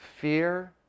fear